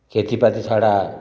खेतीपाती छाडा